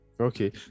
Okay